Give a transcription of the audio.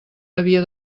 havia